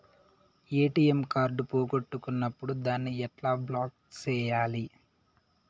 ATM card పోగొట్టుకున్నప్పుడు దాన్ని ఎట్లా బ్లాక్ సేయాలి